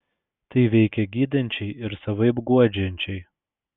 tai veikia gydančiai ir savaip guodžiančiai